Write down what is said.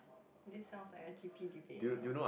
this sounds like a G_P debate you know